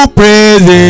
praise